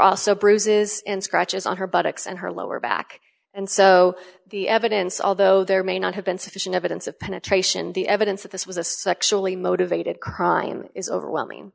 also bruises and scratches on her buttocks and her lower back and so the evidence although there may not have been sufficient evidence of penetration the evidence that this was a sexually motivated crime is overwhelming